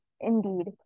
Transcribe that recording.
Indeed